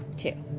two.